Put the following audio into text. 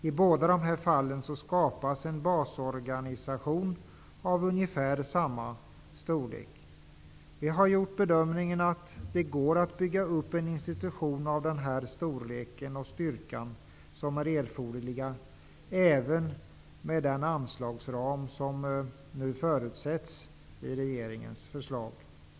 I båda fallen skapas en basorganisation av ungefär samma storlek. Vi har gjort den bedömningen att det går att bygga upp en institution av den här storleken och med den styrka som är erforderlig även med den anslagsram som förutsätts i regeringens förslag.